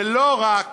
ולא רק